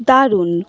দারুণ